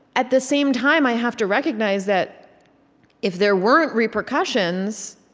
at the same time, i have to recognize that if there weren't repercussions,